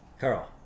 Carl